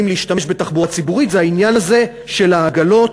להשתמש בתחבורה ציבורית זה העניין הזה של העגלות,